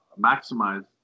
maximize